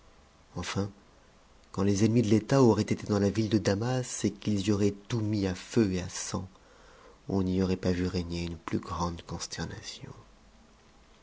enfin quand les ennemis de éta auraient été dans la ville de damas et qu'ils y auraient tout mis à feu et à sang on n'y aurait pas vu régner une plus grande consternation